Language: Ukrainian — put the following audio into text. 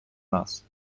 нас